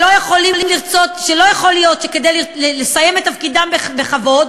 שלא יכול להיות שכדי לסיים את תפקידם בכבוד